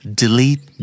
delete